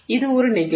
இது ஒரு நிகழ்வு